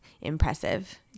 impressive